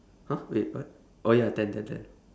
!huh! wait what oh ya ten ten ten